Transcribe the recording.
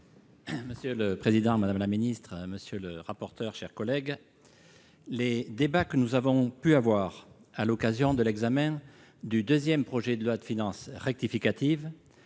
Monsieur le président, madame la secrétaire d'État, mes chers collègues, les débats que nous avons eus à l'occasion de l'examen du deuxième projet de loi de finances rectificative